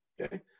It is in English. Okay